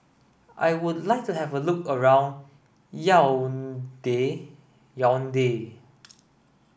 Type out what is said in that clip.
I would like to have a look around Yaounde